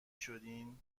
شدین